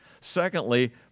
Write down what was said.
Secondly